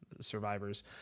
survivors